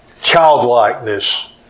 Childlikeness